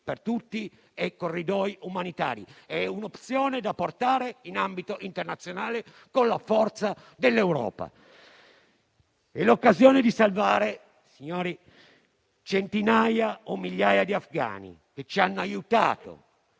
per tutti e corridoi umanitari. È un'opzione da portare in ambito internazionale con la forza dell'Europa. È l'occasione di salvare, signori, centinaia o migliaia di afghani che ci hanno aiutato,